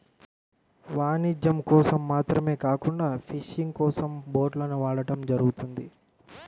వాణిజ్యం కోసం మాత్రమే కాకుండా ఫిషింగ్ కోసం బోట్లను వాడటం జరుగుతుంది